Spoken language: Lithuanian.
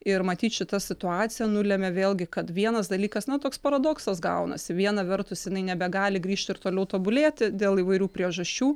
ir matyt šita situacija nulemia vėlgi kad vienas dalykas na toks paradoksas gaunasi viena vertus jinai nebegali grįžti ir toliau tobulėti dėl įvairių priežasčių